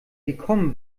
gekommen